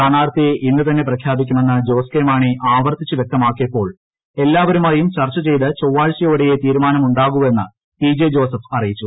സ്ഥാനാർത്ഥിയെ ഇന്നുതന്നെ പ്രഖ്യാപിക്കുമെന്ന് ജോസ് മാണി ആവർത്തിച്ച് കെ വ്യക്തമാക്കിയപ്പോൾ എല്ലാവരുമായും ചെയ്ത് ചർച്ച ചൊവ്വാഴ്ചയോടെയേ തീരുമാനമുണ്ടാകൂവെന്ന് പി ജെ ജോസഫ് അറിയിച്ചു